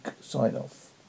sign-off